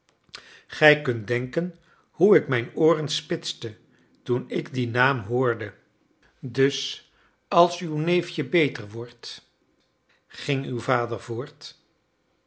gij kunt denken hoe ik mijn ooren spitste toen ik dien naam hoorde dus als uw neefje beter wordt ging uw vader voort